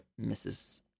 Mrs